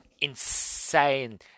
insane